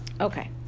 Okay